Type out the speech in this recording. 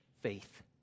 faith